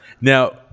Now